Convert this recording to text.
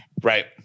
Right